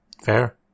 Fair